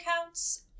accounts